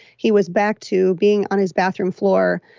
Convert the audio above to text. he was back to being on his bathroom floor.